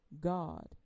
God